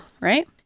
right